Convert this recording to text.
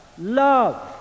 love